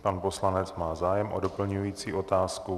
Pan poslanec má zájem o doplňující otázku.